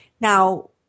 Now